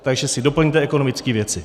Takže si doplňte ekonomický věci.